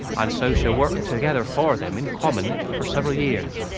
and so, shall work together for them in common for several years.